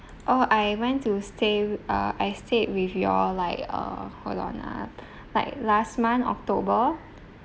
oh I went to stay uh I stayed with your like uh hold on ah like last month october